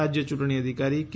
રાજ્ય ચૂંટણી અધિકારી કે